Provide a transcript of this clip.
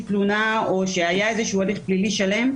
תלונה או שהיה איזשהו הליך פלילי שלם,